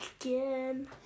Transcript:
Again